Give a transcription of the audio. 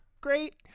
great